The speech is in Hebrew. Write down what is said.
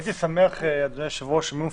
אי-אפשר להביא את כולם.